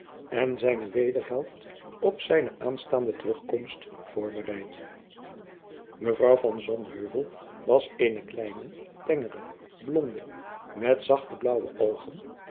en zijne wederhelft op zijne aanstaande terugkomst voorbereid mevrouw van sonheuvel was eene kleine tengere blonde met zachte blaauwe oogen